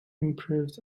improved